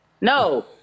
No